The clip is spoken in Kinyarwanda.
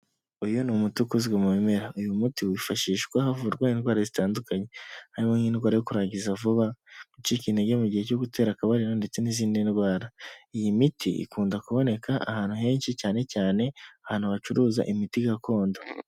Uyu ni umuti ukozwe mu bimera, uyu muti wifashishwa havurwa indwara zitandukanye harimo n'indwara yo kurangiza vuba, gucika intege mu gihe cyo gutera akabariro ndetse n'izindi ndwara. Iyi miti ikunda kuboneka ahantu henshi cyane cyane ahantu hacuruza imiti gakondo.